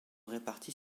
répartis